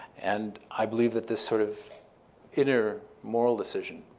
and i believe that this sort of inner moral decision,